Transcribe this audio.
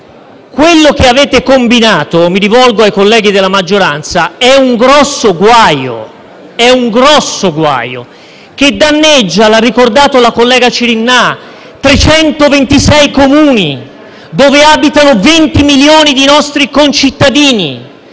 quello che avete combinato - mi rivolgo ai colleghi della maggioranza - è un grosso guaio! Un grosso guaio che danneggia, come ha ricordato la senatrice Cirinnà, 326 Comuni, dove abitano 20 milioni di nostri concittadini.